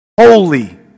holy